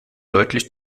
deutlich